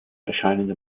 erscheinende